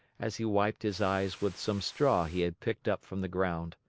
as he wiped his eyes with some straw he had picked up from the ground.